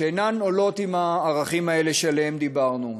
שאינן עולות בקנה אחד עם הערכים האלה שעליהם דיברנו.